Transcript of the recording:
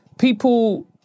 people